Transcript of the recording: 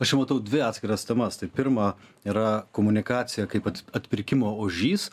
aš jau matau dvi atskiras temas tai pirma yra komunikacija kaip atpirkimo ožys